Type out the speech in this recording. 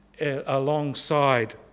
alongside